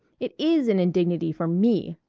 it is an indignity for me.